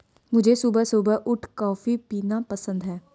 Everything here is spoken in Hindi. मुझे सुबह सुबह उठ कॉफ़ी पीना पसंद हैं